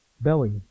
belly